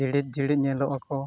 ᱡᱤᱲᱤᱫ ᱡᱤᱲᱤᱫ ᱧᱮᱞᱚᱜ ᱟᱠᱚ